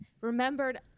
remembered